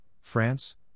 France